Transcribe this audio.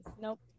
Nope